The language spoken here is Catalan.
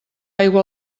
aigua